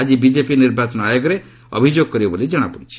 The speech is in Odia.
ଆଜି ବିକେପି ନିର୍ବାଚନ ଆୟୋଗରେ ଅଭିଯୋଗ କରିବ ବୋଲି ଜଣାପଡ଼ିଛି